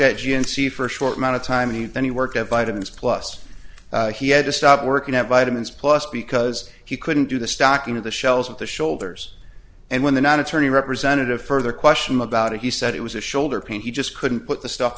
gnc for a short amount of time and then he worked at vitamins plus he had to stop working at vitamins plus because he couldn't do the stocking of the shelves at the shoulders and when the not attorney representative further question about it he said it was a shoulder pain he just couldn't put the stuff